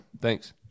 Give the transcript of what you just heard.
Thanks